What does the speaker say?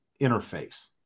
interface